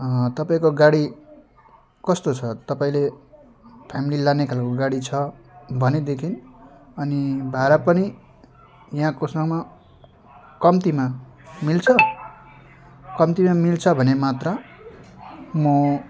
तपाईँको गाडी कस्तो छ तपाईँले फ्यामिली लाने खालको गाडी छ भनेदेखि अनि भाडा पनि यहाँकोसम्म कम्तीमा मिल्छ कम्तीमा मिल्छ भने मात्र म